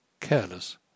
careless